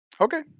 Okay